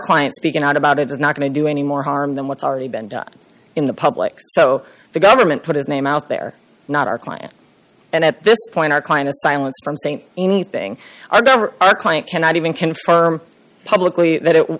client speaking out about it is not going to do any more harm than what's already been done in the public so the government put his name out there not our client and at this point our client a silence from st anything i remember our client cannot even confirm publicly that it